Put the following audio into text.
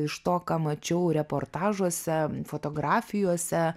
iš to ką mačiau reportažuose fotografijose